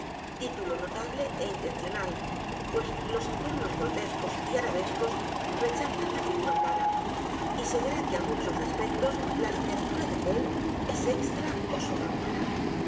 título notable ó intencional pues los adornos grotescos y arabescos rechazan la figura humana y se verá que á muchos respectos la literatura de poe es extra ó suprahumana